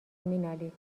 مینالید